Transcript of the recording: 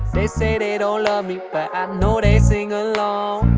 they say they don't love me but i know they sing along.